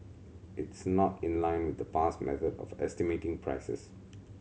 it's not in line with the past method of estimating prices